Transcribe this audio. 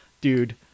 Dude